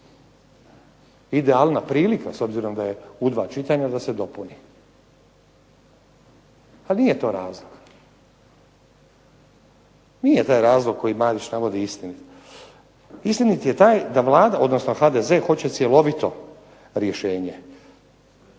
Idealna prilika s obzirom da je u dva čitanja da se dopuni. Ali nije to razlog, nije taj razlog koji Marić navodi istinit. Istinit je taj da Vlada odnosno HDZ hoće cjelovito rješenje,